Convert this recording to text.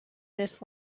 this